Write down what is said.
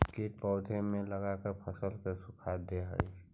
कीट पौधे में लगकर फसल को सुखा दे हई